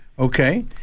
okay